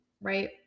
right